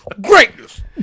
Greatness